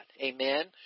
Amen